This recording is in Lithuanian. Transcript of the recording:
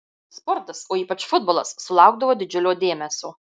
sportas o ypač futbolas sulaukdavo didžiulio dėmesio